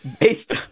based